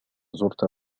زرت